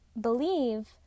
believe